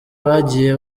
bagiye